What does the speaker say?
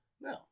No